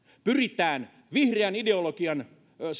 pyritään vihreän ideologian